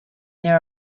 there